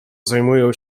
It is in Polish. zajmują